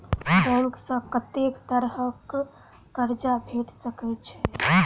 Bank सऽ कत्तेक तरह कऽ कर्जा भेट सकय छई?